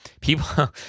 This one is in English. people